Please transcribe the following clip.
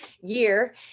year